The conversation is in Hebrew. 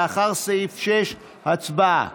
לאחר סעיף 6. הצבעה.